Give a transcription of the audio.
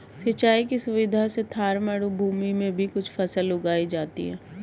सिंचाई की सुविधा से थार मरूभूमि में भी कुछ फसल उगाई जाती हैं